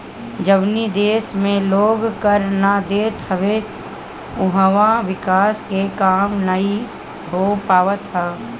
जवनी देस में लोग कर ना देत हवे उहवा विकास के काम नाइ हो पावत हअ